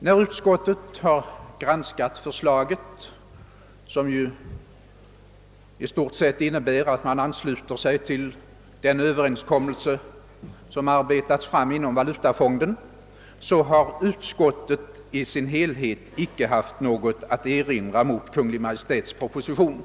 När utskottet granskade förslaget, som i stort sett innebär att man ansluter sig till den överenskommelse som arbetats fram inom Valutafonden, hade utskottet i sin helhet icke något att erinra mot Kungl. Maj:ts proposition.